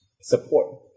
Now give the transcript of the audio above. support